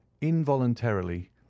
involuntarily